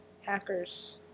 Hackers